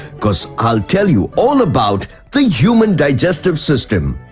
cause i'll tell you all about the human digestive system!